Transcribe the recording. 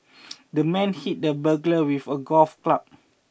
the man hit the burglar with a golf club